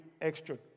extra